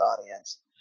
audience